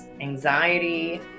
anxiety